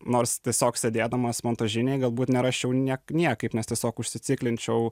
nors tiesiog sėdėdamas montažinėj galbūt nerasčiau niek niekaip nes tiesiog užsiciklinčiau